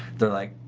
they're like.